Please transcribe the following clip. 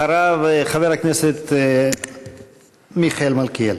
אחריו, חבר הכנסת מיכאל מלכיאלי.